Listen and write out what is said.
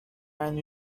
and